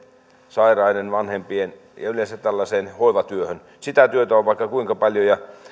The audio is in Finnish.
sairaiden vanhempien auttamiseen ja yleensä tällaiseen hoivatyöhön sitä työtä on vaikka kuinka paljon